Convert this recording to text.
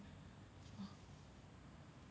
!wah!